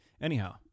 Anyhow